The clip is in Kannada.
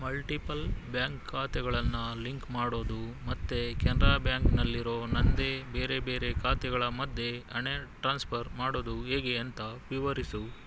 ಮಲ್ಟಿಪಲ್ ಬ್ಯಾಂಕ್ ಖಾತೆಗಳನ್ನು ಲಿಂಕ್ ಮಾಡೋದು ಮತ್ತು ಕೆನ್ರ ಬ್ಯಾಂಕ್ನಲ್ಲಿರೋ ನನ್ನದೇ ಬೇರೆ ಬೇರೆ ಖಾತೆಗಳ ಮಧ್ಯೆ ಹಣ ಟ್ರಾನ್ಸ್ಫರ್ ಮಾಡೋದು ಹೇಗೆ ಅಂತ ವಿವರಿಸು